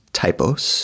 typos